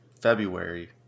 February